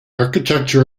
architecture